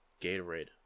Gatorade